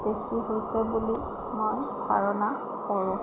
বেছি হৈছে বুলি মই ধাৰণা কৰোঁ